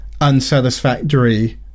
unsatisfactory